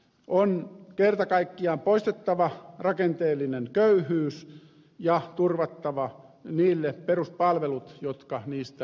on kerta kaikkiaan poistettava rakenteellinen köyhyys ja turvattava peruspalvelut niille jotka siitä nyt kärsivät